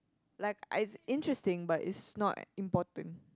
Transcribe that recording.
like I it's interesting but it's not important